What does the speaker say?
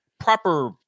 Proper